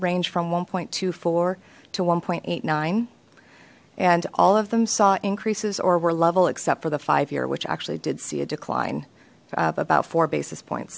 range from one point to four to one point eight nine and all of them saw increases or were level except for the five year which actually did see a decline of about four basis points